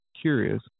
curious